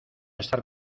estar